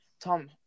Tom